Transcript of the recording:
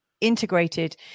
integrated